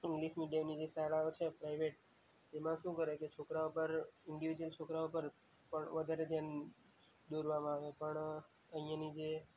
English મીડિયમની જે શાળાઓ છે પ્રાઇવેટ તેમાં શું કરે કે છોકરાં પર ઇન્ડીવિઝ્યુલ છોકરાં ઉપર પણ વધારે ધ્યાન દોરવામાં આવે પણ અહીંની જે